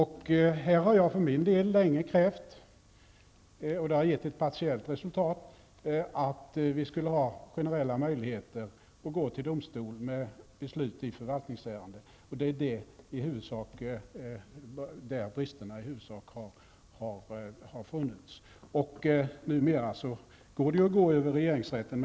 Här har jag för min del länge krävt -- och det har givit ett partiellt resultat -- att vi skall ha generella möjligheter att gå till domstol med beslut i förvaltningsärende. Det är där bristerna i huvudsak har funnits. Numera kan man gå över regeringsrätten.